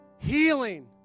healing